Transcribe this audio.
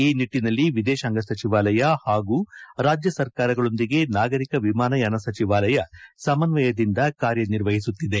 ಈ ನಿಟ್ಟನಲ್ಲಿ ವಿದೇಶಾಂಗ ಸಚಿವಾಲಯ ಹಾಗೂ ರಾಜ್ಯ ಸರ್ಕಾರಗಳೊಂದಿಗೆ ನಾಗರಿಕ ವಿಮಾನಯಾನ ಸಚಿವಾಲಯ ಸಮನ್ತಯದಿಂದ ಕಾರ್ಯ ನಿರ್ವಹಿಸುತ್ತಿದೆ